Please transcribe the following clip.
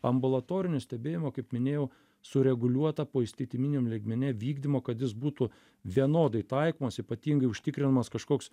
ambulatoriniu stebėjimu kaip minėjau sureguliuota poįstatyminiam lygmeny vykdymo kad jis būtų vienodai taikomas ypatingai užtikrinamas kažkoks